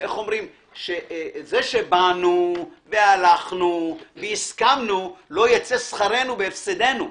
שזה שבאנו והלכנו והסכמנו, לא ייצא שכרנו בהפסדנו.